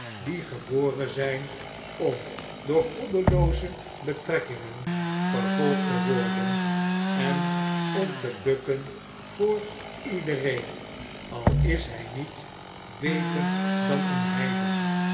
die geboren zijn om door goddelooze betrekkingen vervolgd te worden en om te bukken voor iedereen al is hij niet beter dan een heiden